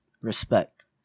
Respect